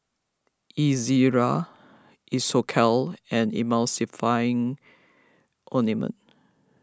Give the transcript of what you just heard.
Ezerra Isocal and Emulsying Ointment